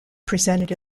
presented